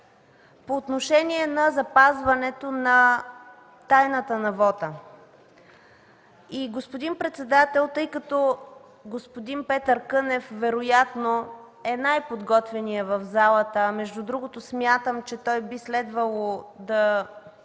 по отношение на запазването на тайната на вота. Господин председател, тъй като господин Петър Кънев вероятно е най-подготвеният в залата, а между другото смятам, че той би следвало да